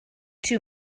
too